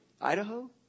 Idaho